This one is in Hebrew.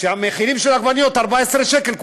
כשהמחירים של העגבניות 14 שקל,